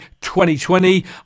2020